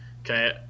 okay